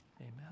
amen